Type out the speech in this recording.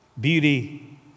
Beauty